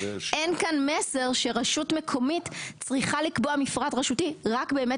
אין כאן מסר שרשות מקומית צריכה לקבוע מפרט רשותי רק באמת